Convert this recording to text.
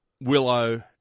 Willow